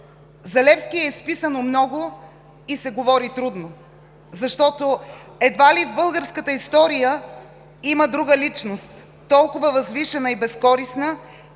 За Левски е изписано много и се говори трудно, защото едва ли българската история има друга личност толкова възвишена и безкористна,